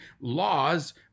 laws